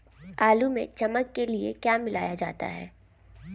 आलू में चमक के लिए क्या मिलाया जाता है?